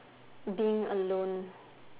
being alone